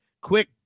quick